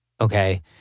okay